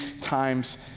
times